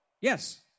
Yes